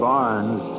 Barnes